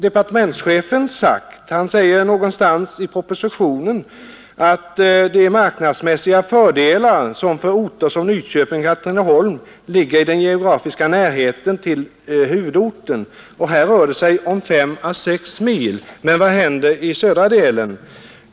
Departementschefen talar i propositionen om ”de marknadsmässiga fördelar som för orter som Nyköping och Katrineholm ligger i den geografiska närheten till huvudorten”. Det rör sig här om avstånd på 5—6 mil. Men vad händer i södra delen?